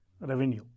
revenue